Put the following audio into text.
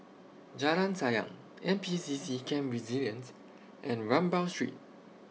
Jalan Sayang N P C C Camp Resilience and Rambau Street